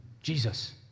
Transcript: Jesus